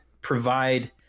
provide